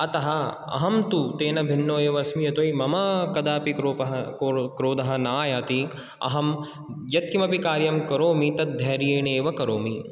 अतः अहं तु तेन भिन्नः एव अस्मि यतो हि मम कदापि क्रोपः क्रो क्रोधः न आयाति अहं यत्किमपि कार्यं करोमि तद् धैर्येणेव करोमि